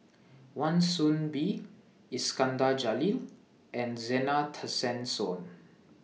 Wan Soon Bee Iskandar Jalil and Zena Tessensohn